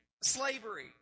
slavery